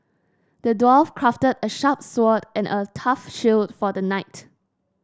the dwarf crafted a sharp sword and a tough shield for the knight